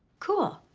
cool.